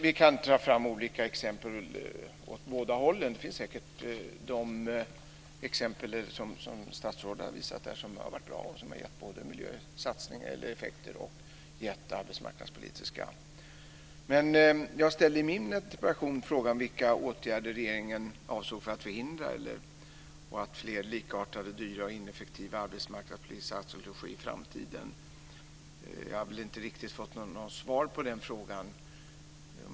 Vi kan ta fram olika exempel åt båda hållen. Det finns säkert exempel på sådant som har varit bra, som statsrådet har visat här, och som har gett både miljöeffekter och arbetsmarknadspolitiska effekter. Jag ställde i min interpellation frågan vilka åtgärder regeringen avsåg att vidta för att förhindra att fler likartade dyra och ineffektiva arbetsmarknadspolitiska satsningar skulle ske i framtiden. Jag har inte riktigt fått något svar på den frågan.